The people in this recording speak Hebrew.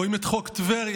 רואים את חוק טבריה.